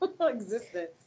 existence